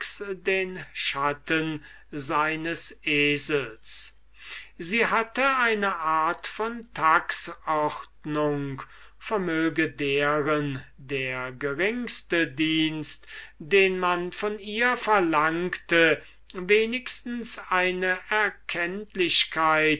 den schatten seines esels sie hatte eine art von taxordnung vermöge deren der geringste dienst den man von ihr verlangte wenigstens eine erkenntlichkeit